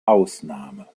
ausnahme